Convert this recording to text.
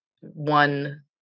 one